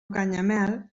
canyamel